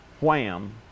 wham